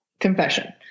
confession